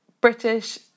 British